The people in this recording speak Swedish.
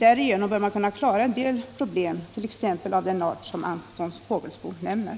Därigenom bör man kunna klara en del problem, t.ex. av den art som Anton Fågelsbo nämner.